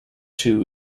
two